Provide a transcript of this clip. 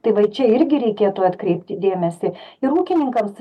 tai va čia irgi reikėtų atkreipti dėmesį ir ūkininkams